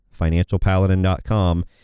financialpaladin.com